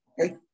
Okay